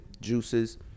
juices